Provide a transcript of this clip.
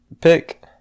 pick